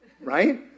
right